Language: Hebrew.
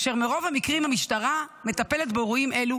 וברוב המקרים המשטרה מטפלת באירועים אלו